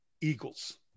Eagles